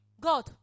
God